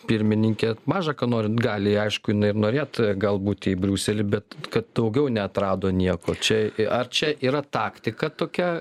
pirmininkė maža ką nori gali aišku ir norėt galbūt į briuselį bet kad daugiau neatrado nieko čia ar čia yra taktika tokia